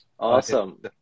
Awesome